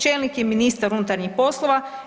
Čelnik je ministar unutarnjih poslova.